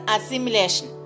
Assimilation